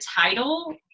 title